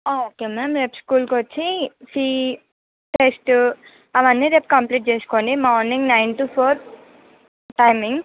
okay ma'am రేపు స్కూల్కి వచ్చి ఫి టెస్ట్ అవన్ని రేపు కంప్లీట్ చేసుకుని morning nine to four timing